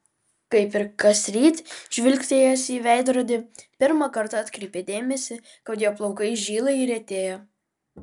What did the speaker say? kaip ir kasryt žvilgtelėjęs į veidrodį pirmą kartą atkreipė dėmesį kad jo plaukai žyla ir retėja